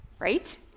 right